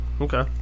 Okay